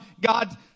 God